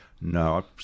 No